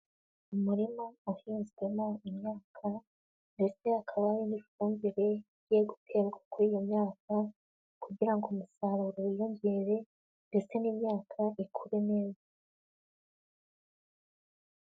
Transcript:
Umurima uhinzwemo imyaka ndetse hakaba hari n'ifumbire igiye guterwa kuri iyo myaka kugira ngo umusaruro wiyongere ndetse n'imyaka ikure neza.